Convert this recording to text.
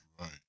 right